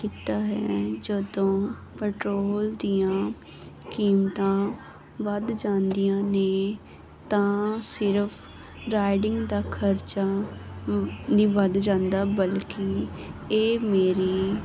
ਜਦੋਂ ਪੈਟਰੋਲ ਦੀਆਂ ਕੀਮਤਾਂ ਵੱਧ ਜਾਂਦੀਆਂ ਨੇ ਤਾਂ ਸਿਰਫ ਰਾਈਡਿੰਗ ਦਾ ਖਰਚਾ ਦੀ ਵੱਧ ਜਾਂਦਾ ਬਲਕਿ ਇਹ ਮੇਰੀ